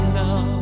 now